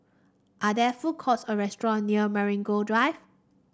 are there food courts or restaurant near Marigold Drive